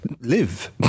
live